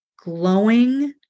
glowing